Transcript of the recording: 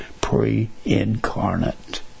pre-incarnate